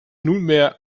nunmehr